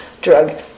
drug